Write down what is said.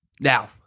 Now